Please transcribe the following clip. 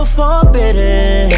forbidden